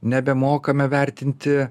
nebemokame vertinti